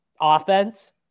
offense